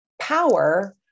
power